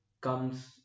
comes